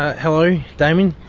hello damien.